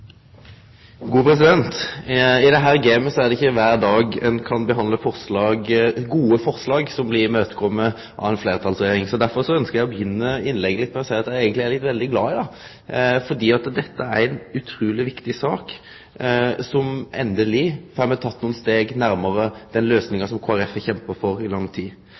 ikkje kvar dag ein kan behandle gode forslag som ei fleirtalsregjering seier seg einig i. Derfor ønskjer eg å begynne innlegget mitt med å seie at eg eigentleg er veldig glad i dag, for dette er ei utruleg viktig sak, der me endeleg tek nokre steg nærmare den løysinga som Kristeleg Folkeparti har kjempa for i lang tid.